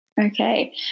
Okay